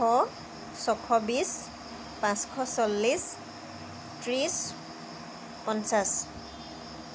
শ ছয়শ বিশ পাঁচশ চল্লিছ ত্ৰিছ পঞ্চাছ